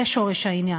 זה שורש העניין.